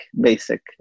basic